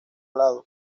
lado